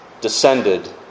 Descended